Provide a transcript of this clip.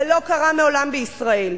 זה לא קרה מעולם בישראל.